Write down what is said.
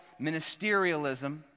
ministerialism